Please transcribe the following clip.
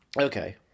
Okay